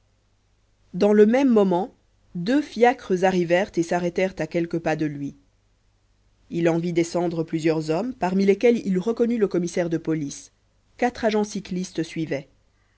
dans le même moment deux fiacres arrivèrent et s'arrêtèrent à quelques pas de lui il en vit descendre plusieurs hommes parmi lesquels il reconnut le commissaire de police quatre agents cyclistes suivaient